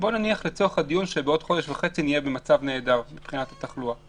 בוא נניח לצורך הדיון שבעוד חודש וחצי נהיה במצב נהדר מבחינת התחלואה.